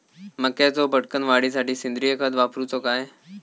मक्याचो पटकन वाढीसाठी सेंद्रिय खत वापरूचो काय?